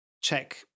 check